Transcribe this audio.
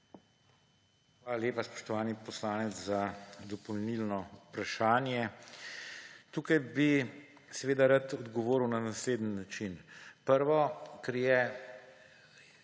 Hvala lepa, spoštovani poslanec, za dopolnilno vprašanje. Tukaj bi rad odgovoril na naslednji način. Prvo, kar je,